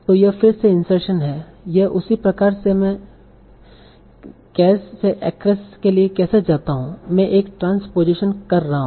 तो यह फिर से इंसर्शन है यस उसी प्रकार से मैं caress से acress के लिए कैसे जाता हूं मैं एक ट्रांसपोजेशन कर रहा हूं